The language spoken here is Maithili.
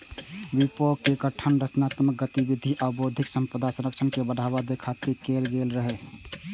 विपो के गठन रचनात्मक गतिविधि आ बौद्धिक संपदा संरक्षण के बढ़ावा दै खातिर कैल गेल रहै